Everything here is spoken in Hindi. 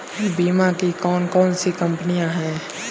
बीमा की कौन कौन सी कंपनियाँ हैं?